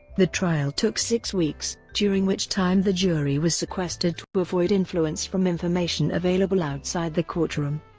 the trial took six weeks, during which time the jury was sequestered to avoid influence from information available outside the courtroom.